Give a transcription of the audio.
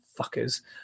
fuckers